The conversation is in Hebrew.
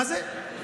מה זה?